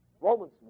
Romans